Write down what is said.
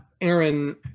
aaron